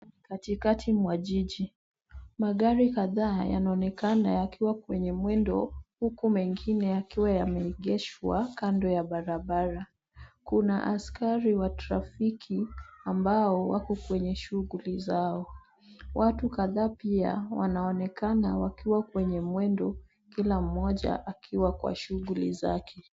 Katikati mwa jiji, magari kadhaa yanaonekana yakiwa kwenye mwendo, huku mengine yakiwa yameegeshwa kando ya barabara. Kuna askari wa trafiki ambao wako kwenye shughuli zao. Watu kadhaa pia wanaonekana wakiwa kwenye mwendo kila mmoja akiwa kwa shughuli zake.